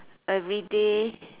everyday